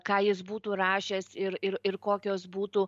ką jis būtų rašęs ir ir ir kokios būtų